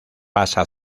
pasa